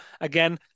again